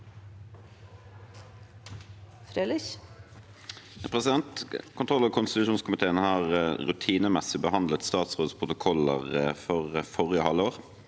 leder): Kontroll- og konstitusjonskomiteen har rutinemessig behandlet statsrådets protokoller for forrige halvår,